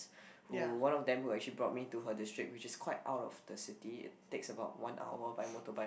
who one of them who actually brought me to her district which is quite out of the city it takes about one hour by motorbike